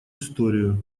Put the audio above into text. историю